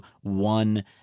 one